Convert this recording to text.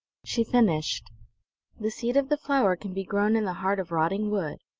she finished the seed of the flower can be grown in the heart of rotting wood!